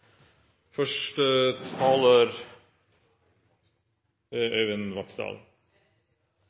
første er